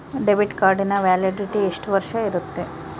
Debit ಕಾರ್ಡಿನ validity ಎಷ್ಟು ವರ್ಷ ಇರುತ್ತೆ?